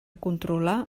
controlar